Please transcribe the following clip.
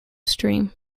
stream